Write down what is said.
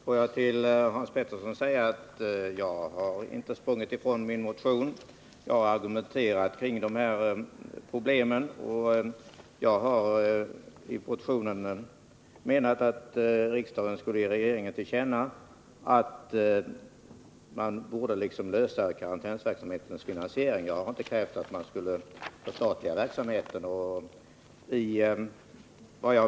Fru talman! Får jag till Hans Pettersson i Helsingborg säga att jag inte sprungit ifrån min motion. Jag har argumenterat kring de här problemen. Jag hari motionen föreslagit att riksdagen som sin mening skall ge regeringen till känna att frågan om karantänsverksamhetens finansiering bör lösas. Jag har inte krävt att man skulle förstatliga verksamheten.